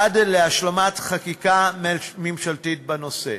עד להשלמת חקיקה ממשלתית בנושא.